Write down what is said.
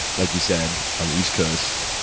like you said, on the east coast,